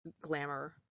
glamour